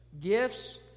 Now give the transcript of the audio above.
Gifts